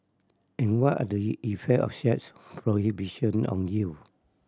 and what are the effect of such prohibition on youth